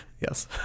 Yes